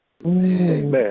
Amen